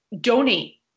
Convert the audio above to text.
donate